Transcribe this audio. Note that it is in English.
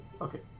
Okay